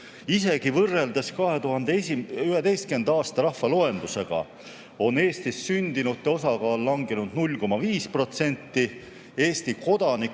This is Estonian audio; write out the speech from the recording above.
Isegi võrreldes 2011. aasta rahvaloendusega on Eestis sündinute osakaal langenud 0,5%, Eesti kodanike